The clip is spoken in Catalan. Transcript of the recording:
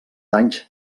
danys